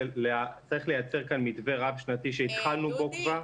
צריך לייצר כאן מתווה רב שנתי שהתחלנו בו כבר.